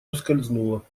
ускользнуло